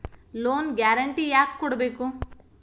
Loan guarantee ಯಾಕ್ ಕೊಡ್ಬೇಕು?